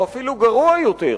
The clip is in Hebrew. או אפילו גרוע יותר,